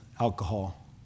alcohol